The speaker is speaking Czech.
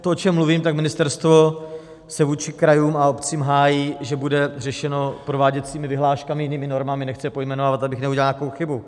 To, o čem mluvím, ministerstvo se vůči krajům a obcím hájí, že bude řešeno prováděcími vyhláškami, jinými normami nechci je pojmenovávat, abych neudělat nějakou chybu.